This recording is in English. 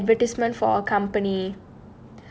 it's actually an advertisement for accompany